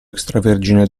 extravergine